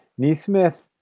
Neesmith